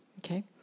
Okay